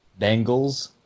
Bengals